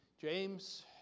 James